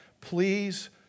Please